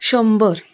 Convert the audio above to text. शंबर